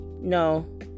no